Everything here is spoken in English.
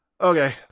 Okay